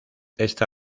esta